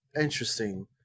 Interesting